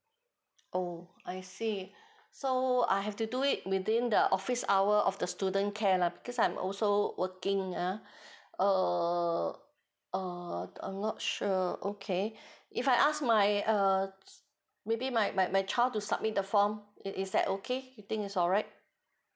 oh I see so I have to do it within the office hour of the student care lah because I'm also working ah err uh I'm not sure okay if I ask my uh maybe my my my child to submit the form is that okay you think is alright